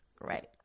Right